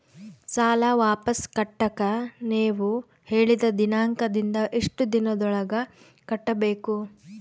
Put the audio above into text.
ಸಾಲ ವಾಪಸ್ ಕಟ್ಟಕ ನೇವು ಹೇಳಿದ ದಿನಾಂಕದಿಂದ ಎಷ್ಟು ದಿನದೊಳಗ ಕಟ್ಟಬೇಕು?